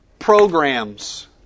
programs